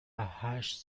هشت